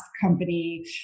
company